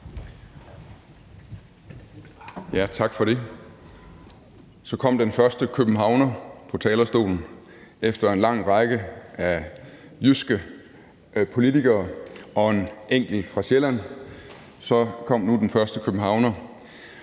Tak for det. Så kom den første københavner på talerstolen. Efter en lang række af jyske politikere og en enkelt fra Sjælland kom nu den første københavner.